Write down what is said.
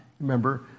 Remember